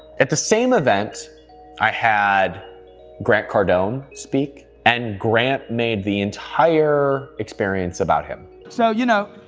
at the same event i had grant cardone speak, and grant made the entire experience about him. so you know,